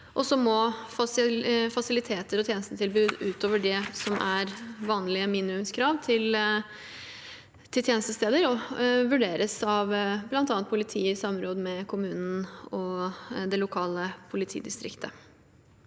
fasiliteter og tjenestetilbud utover det som er vanlige minimumskrav til tjenestesteder, vurderes av bl.a. politiet i samråd med kommunen og det lokale politidistriktet.